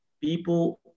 people